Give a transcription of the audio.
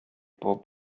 bob